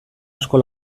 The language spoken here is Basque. asko